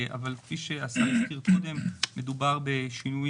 אבל כפי שהשר הזכיר קודם, מדובר בשינוי